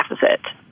deficit